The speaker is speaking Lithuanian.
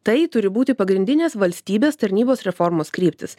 tai turi būti pagrindinės valstybės tarnybos reformos kryptys